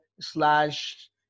slash